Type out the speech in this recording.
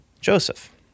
Joseph